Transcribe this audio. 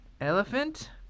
Elephant